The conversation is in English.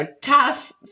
tough